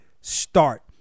start